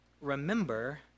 remember